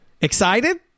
Excited